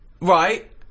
Right